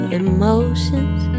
emotions